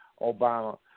Obama